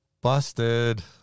busted